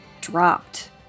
dropped